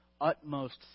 utmost